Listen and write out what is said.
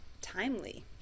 timely